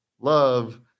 love